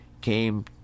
came